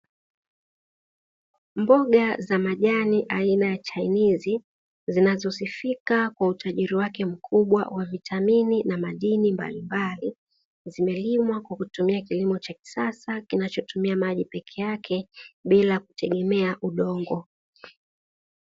Mboga za majani aina ya chainizi zinazosifika kwa utajiri mkubwa wa vitamini na madini mbalimbali. Zimelimwa kwa kutumia teknolojia ya kisasa inayotumia maji peke yake bila kutegemea udongo.